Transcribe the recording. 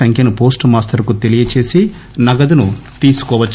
సంఖ్యను post master కు తెలియజేసి నగదును తీసుకోవచ్చు